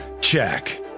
Check